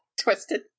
twisted